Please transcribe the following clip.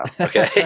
Okay